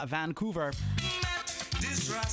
Vancouver